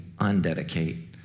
undedicate